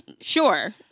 Sure